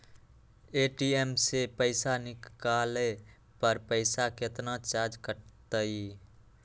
ATM से पईसा निकाले पर पईसा केतना चार्ज कटतई?